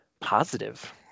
positive